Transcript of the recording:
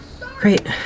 Great